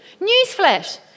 Newsflash